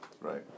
right